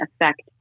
affect